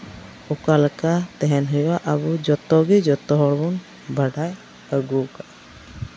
ᱚᱠᱟ ᱞᱮᱠᱟ ᱛᱟᱦᱮᱱ ᱦᱩᱭᱩᱜᱼᱟ ᱟᱵᱚ ᱡᱚᱛᱚᱜᱮ ᱡᱚᱛᱚ ᱦᱚᱲᱵᱚᱱ ᱵᱟᱰᱟᱭ ᱟᱹᱜᱩ ᱟᱠᱟᱫᱼᱟ